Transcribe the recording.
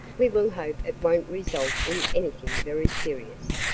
we will hope it won't result in anything very serious,